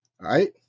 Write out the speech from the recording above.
right